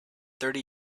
thirty